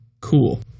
cool